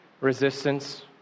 resistance